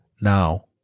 Now